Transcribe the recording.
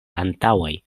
antaŭaj